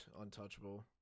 untouchable